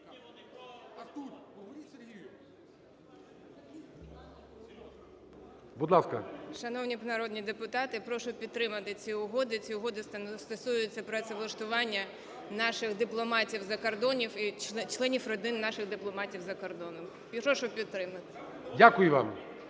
О.В. Шановні народні депутати, я прошу підтримати ці угоди. Ці угоди стосуються працевлаштування наших дипломатів за кордоном і членів родин наших дипломатів за кордоном. І прошу підтримати. ГОЛОВУЮЧИЙ.